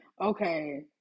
okay